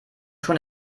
schon